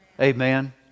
Amen